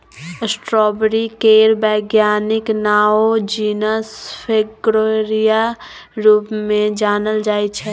strawberry केर बैज्ञानिक नाओ जिनस फ्रेगेरिया रुप मे जानल जाइ छै